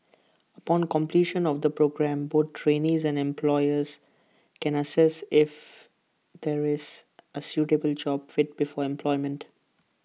upon completion of the programme both trainees and employers can assess if there is A suitable job fit before employment